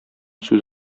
сүз